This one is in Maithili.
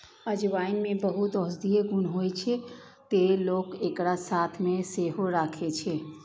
अजवाइन मे बहुत औषधीय गुण होइ छै, तें लोक एकरा साथ मे सेहो राखै छै